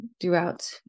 throughout